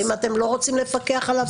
האם אתם לא רוצים לפקח עליו?